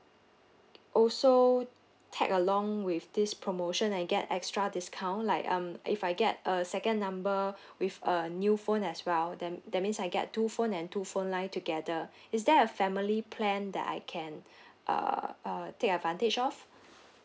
also tag along with this promotion and get extra discount like um if I get a second number with a new phone as well then that means I get two phone and two phone line together is there a family plan that I can uh uh take advantage of